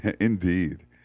Indeed